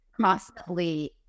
constantly